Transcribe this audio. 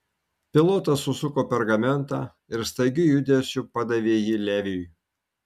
pilotas susuko pergamentą ir staigiu judesiu padavė jį leviui